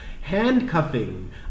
Handcuffing